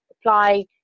apply